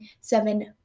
seven